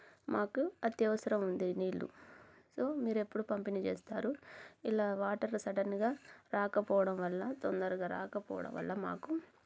మాకు అత్యవసరం ఉంది నీళ్ళు సో మీరు ఎప్పుడు పంపిణీ చేస్తారు ఇలా వాటర్ సడన్గా రాకపోవడం వల్ల తొందరగా రాకపోవడం వల్ల మాకు